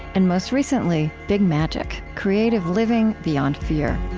and, most recently, big magic creative living beyond fear